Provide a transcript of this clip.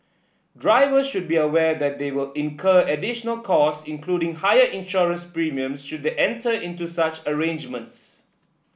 drivers should be aware that they will incur additional costs including higher insurance premiums should they enter into such arrangements